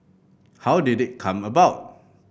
how did it come about